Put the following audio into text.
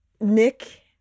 Nick